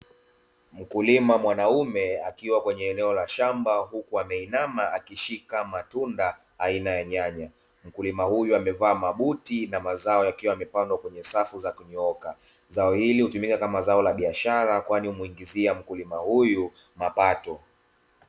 Mkulima mwanaume akiwa kwenye eneo la shamba huku ameinama akishika matunda aina ya nyanya. Mkulima huyu amevaa mabuti na mazao yakiwa yamepandwa kwenye safu za kunyooka, zao hili hutumika kama zao la biashara kwani humuingizia mkulima huyu mapato.